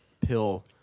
pill